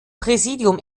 präsidium